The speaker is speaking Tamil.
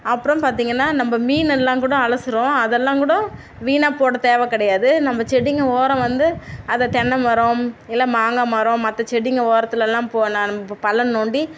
அப்புறம் பார்த்தீங்கன்னா நம்ம மீன்னெல்லாம் கூட அலசுகிறோம் அதெல்லாம் கூட வீணாக போட தேவை கிடையாது நம்ம செடிங்கள் உரம் வந்து அதை தென்னைமரம் இல்லை மாங்காய் மரம் மற்ற செடிங்கள் உரத்துலெல்லாம் நம்ம பள்ளம் தோண்டி